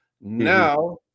Now